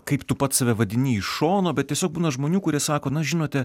kaip tu pats save vadini iš šono bet tiesiog būna žmonių kurie sako na žinote